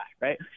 right